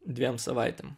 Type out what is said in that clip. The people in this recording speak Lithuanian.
dviem savaitėm